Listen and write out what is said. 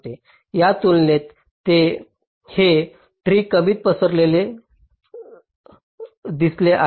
या तुलनेत हे ट्री कमी पसरलेले दिसते आहे